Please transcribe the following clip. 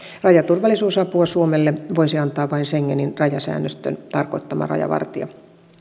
rajaturvallisuusapua suomelle voisi antaa vain schengenin rajasäännöstön tarkoittama rajavartija